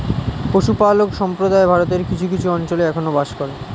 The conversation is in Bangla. পশুপালক সম্প্রদায় ভারতের কিছু কিছু অঞ্চলে এখনো বাস করে